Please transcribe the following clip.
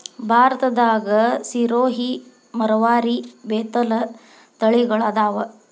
ಭಾರತದಾಗ ಸಿರೋಹಿ, ಮರವಾರಿ, ಬೇತಲ ತಳಿಗಳ ಅದಾವ